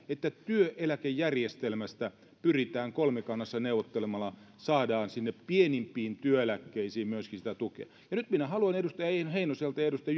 että työeläkejärjestelmästä pyritään kolmikannassa neuvottelemalla saamaan myöskin pienimpiin työeläkkeisiin tukea nyt minä haluan edustaja heinoselta ja edustaja